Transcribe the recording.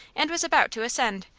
and was about to ascend,